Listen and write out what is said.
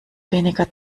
weniger